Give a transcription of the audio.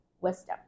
wisdom